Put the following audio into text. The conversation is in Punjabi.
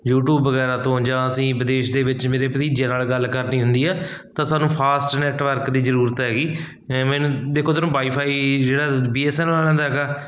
ਯੂਟੀਊਬ ਵਗੈਰਾ ਤੋਂ ਜਾਂ ਅਸੀਂ ਵਿਦੇਸ਼ ਦੇ ਵਿੱਚ ਮੇਰੇ ਭਤੀਜੇ ਨਾਲ ਗੱਲ ਕਰਨੀ ਹੁੰਦੀ ਹੈ ਤਾਂ ਸਾਨੂੰ ਫਾਸਟ ਨੈਟਵਰਕ ਦੀ ਜ਼ਰੂਰਤ ਹੈਗੀ ਐਵੇਂ ਨਾ ਦੇਖੋ ਤੁਹਾਨੂੰ ਵਾਈਫਾਈ ਜਿਹੜਾ ਬੀ ਐਸ ਐਨ ਐਲ ਵਾਲਿਆਂ ਦਾ ਹੈਗਾ